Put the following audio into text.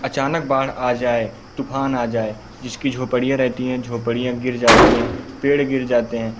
अचानक बाढ़ आ जाए तूफान आ जाए जिसकी झोंपड़ियाँ रहती हैं झोपड़ियाँ गिर जाती हैं पेड़ गिर जाते हैं